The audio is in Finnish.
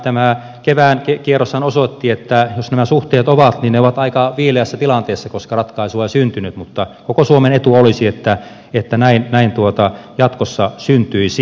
tämä kevään kierroshan osoitti että jos nämä suhteet ovat niin ne ovat aika viileässä tilanteessa koska ratkaisua ei syntynyt mutta koko suomen etu olisi että näin jatkossa syntyisi